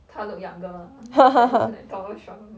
他 look younger ah than like donald trump